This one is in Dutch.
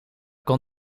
kon